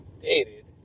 dated